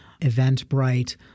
Eventbrite